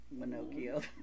Minocchio